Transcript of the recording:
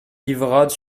livrade